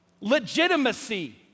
legitimacy